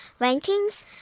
rankings